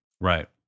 Right